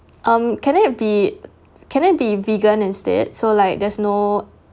um can it be can it be vegan instead so like there's no